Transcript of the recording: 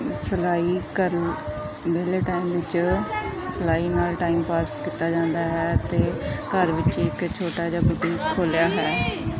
ਸਿਲਾਈ ਕਰਨ ਵਿਹਲੇ ਟਾਈਮ ਵਿੱਚ ਸਿਲਾਈ ਨਾਲ ਟਾਈਮ ਪਾਸ ਕੀਤਾ ਜਾਂਦਾ ਹੈ ਅਤੇ ਘਰ ਵਿੱਚ ਇੱਕ ਛੋਟਾ ਜਿਹਾ ਬੁਟੀਕ ਖੋਲ੍ਹਿਆ ਹੈ